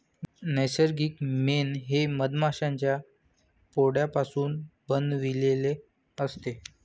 नैसर्गिक मेण हे मधमाश्यांच्या पोळापासून बनविलेले असते